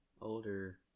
older